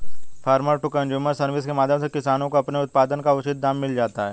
farmer to consumer service के माध्यम से किसानों को अपने उत्पाद का उचित दाम मिल जाता है